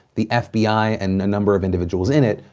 the fbi, and a number of individuals in it,